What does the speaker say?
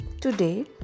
today